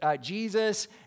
Jesus